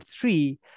three